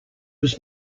was